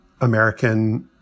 American